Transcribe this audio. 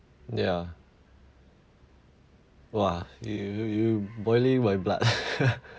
ya !wah! you you you boiling my blood